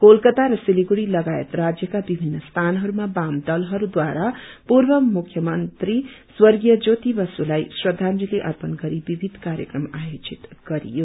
कोलकता र सिलगढ़ी लगायत राज्यका विभिन्न स्यानहरूमा वाम दलहरूद्वारा पूर्व मुख्यमन्त्री स्व ज्योति बासुलाई श्रखांजली अर्पण गरी विविध कार्यक्रम आयोजित गरियो